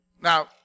Now